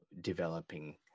developing